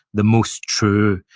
the most true,